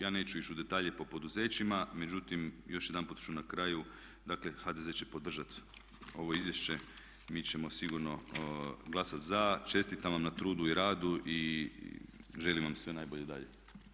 Ja neću ići u detalje po poduzećima, međutim još jedanput ću na kraju, dakle HZD će podržati ovo izvješće, mi ćemo sigurno glasati za, čestitam vam na trudu i radu i želim vam sve najbolje i dalje.